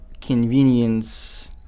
convenience